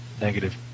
negative